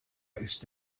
ist